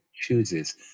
chooses